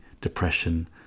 depression